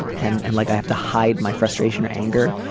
and and and like i have to hide my frustration or anger.